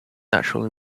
natural